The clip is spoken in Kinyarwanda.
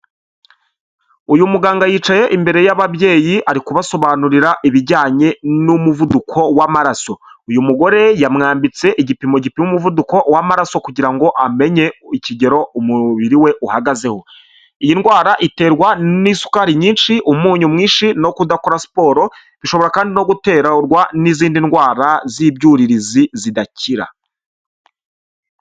Uyu muganga yicaye imbere y'ababyeyi, ari kubasobanurira ibijyanye n'umuvuduko w'amaraso. Uyu mugore yamwambitse igipimo gipima umuvuduko w'amaraso kugira ngo amenye ikigero umubiri we uhagazeho. Iyi ndwara iterwa n'isukari nyinshi, umunyu mwinshi no kudakora siporo, bishobora kandi no guterwa n'izindi ndwara z'ibyuririzi zidakira.